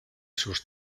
sus